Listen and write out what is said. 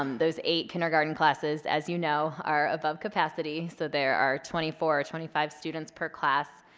um those eight kindergarten classes, as you know, are above capacity, so there are twenty four or twenty five students per class.